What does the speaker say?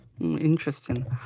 Interesting